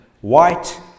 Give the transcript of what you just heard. white